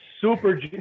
Super